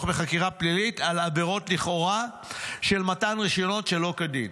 בחקירה פלילית על עבירות לכאורה של מתן רישיונות שלא כדין.